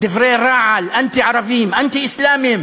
דברי רעל אנטי-ערביים, אנטי-אסלאמיים